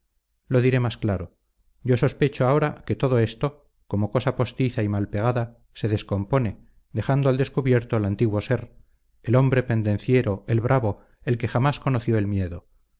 lo diré más claro yo sospecho ahora que todo esto como cosa postiza y mal pegada se descompone dejando al descubierto el antiguo ser el hombre pendenciero el bravo el que jamás conoció el miedo